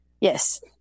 Yes